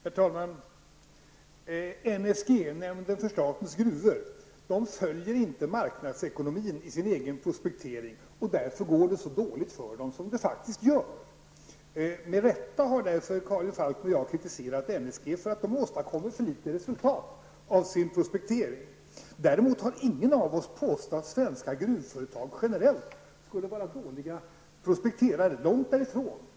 Herr talman! NSG, nämnden för statens gruvor, följer inte marknadsekonomin i sin egen prospektering. Därför går det så dåligt för den som det faktiskt gör. Med rätta har Karin Falkmer och jag kritiserat NSG för att den åstadkommer för litet resultat i sin prospektering. Däremot har ingen av oss påstått att svenska gruvföretag generellt skulle vara dåliga prospekterare, lång -- därifrån.